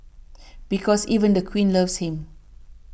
because even the queen loves him